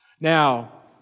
Now